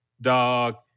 dog